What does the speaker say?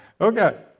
Okay